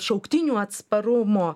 šauktinių atsparumo